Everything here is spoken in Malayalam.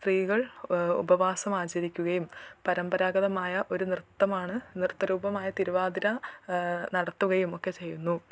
സ്ത്രീകൾ ഉപവാസം ആചരിക്കുകയും പരമ്പരാഗതമായ ഒരു നൃത്തമാണ് നൃത്തരൂപമായ തിരുവാതിര നടത്തുകയും ഒക്കെ ചെയ്യുന്നു